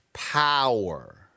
power